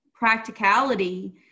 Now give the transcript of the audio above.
practicality